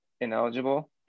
ineligible